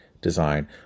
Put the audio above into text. design